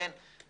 אני